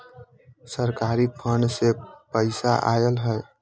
सरकारी फंड से पईसा आयल ह?